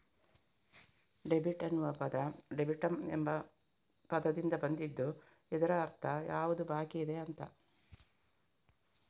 debit ಅನ್ನುವ ಪದ ಡೆಬಿಟಮ್ ಎಂಬ ಪದದಿಂದ ಬಂದಿದ್ದು ಇದ್ರ ಅರ್ಥ ಯಾವುದು ಬಾಕಿಯಿದೆ ಅಂತ